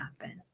happen